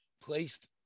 placed